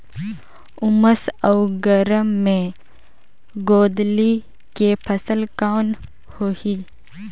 उमस अउ गरम मे गोंदली के फसल कौन होही?